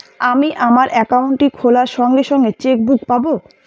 আমি আমার একাউন্টটি খোলার সঙ্গে সঙ্গে চেক বুক পাবো?